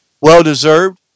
Well-deserved